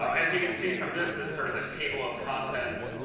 um as you can see from this, is sort of a table of contents